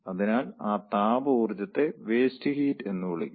അതിനാൽ ആ താപ ഊർജ്ജത്തെ വേസ്റ്റ് ഹീറ്റ് എന്ന് വിളിക്കുന്നു